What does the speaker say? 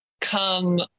come